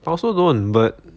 I also don't but